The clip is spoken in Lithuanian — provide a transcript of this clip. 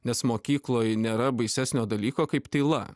nes mokykloj nėra baisesnio dalyko kaip tyla